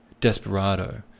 Desperado